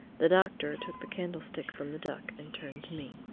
the doctor took the candlestick from the duck and turned to me.